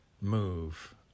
move